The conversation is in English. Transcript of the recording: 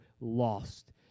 lost